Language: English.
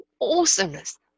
awesomeness